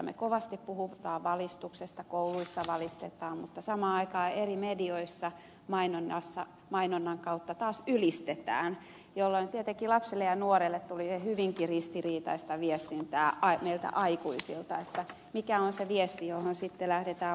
me kovasti puhumme valistuksesta kouluissa valistetaan mutta samaan aikaan eri medioissa mainonnan kautta taas ylistetään jolloin tietenkin lapselle ja nuorelle tuli hyvinkin ristiriitaista viestintää meiltä aikuisilta mikä on se viesti johon sitten lähdetään uskomaan